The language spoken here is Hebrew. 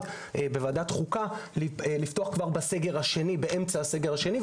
בוועדת חוקה לפתוח כבר באמצע הסגר השני,